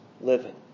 living